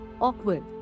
awkward